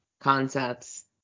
concepts